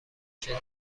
شدت